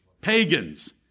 pagans